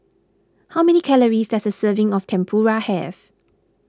how many calories does a serving of Tempura have